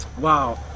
wow